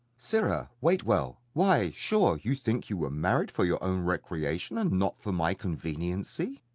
sirrah, waitwell, why, sure, you think you were married for your own recreation and not for my conveniency.